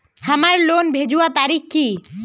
हमार लोन भेजुआ तारीख की?